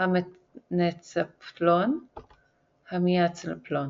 המטנצפלון המיאלנצפלון.